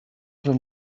him